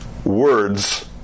Words